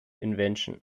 invention